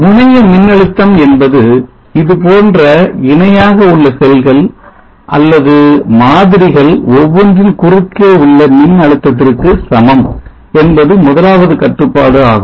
முனைய மின்னழுத்தம் என்பது இது போன்ற இணையாக உள்ள செல்கள் அல்லது மாதிரிகள் ஒவ்வொன்றின் குறுக்கே உள்ள மின்அழுத்தத்திற்கு சமம் என்பது முதலாவது கட்டுப்பாடு ஆகும்